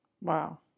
Wow